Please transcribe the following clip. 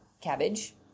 cabbage